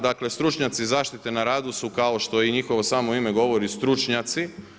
Dakle stručnjaci zaštite na radu su, kao što i njihovo samo ime govori, stručnjaci.